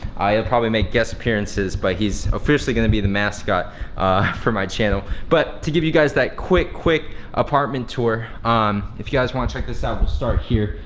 he'll probably make guest appearances, but he's officially gonna be the mascot for my channel. but to give you guys that quick, quick apartment tour, um um if you guys wanna check this out we'll start here.